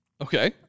Okay